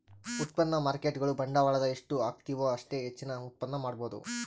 ಉತ್ಪನ್ನ ಮಾರ್ಕೇಟ್ಗುಳು ಬಂಡವಾಳದ ಎಷ್ಟು ಹಾಕ್ತಿವು ಅಷ್ಟೇ ಹೆಚ್ಚಿನ ಉತ್ಪನ್ನ ಮಾಡಬೊದು